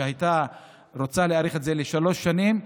שרצתה להאריך את זה לשלוש שנים,